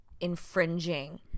infringing